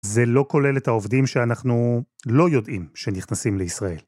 זה לא כולל את העובדים שאנחנו לא יודעים שנכנסים לישראל.